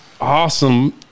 awesome